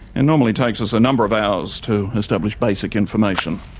and normally takes us a number of hours to establish basic information.